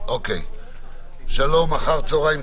עיקר חייו פה